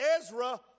Ezra